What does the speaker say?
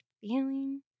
feeling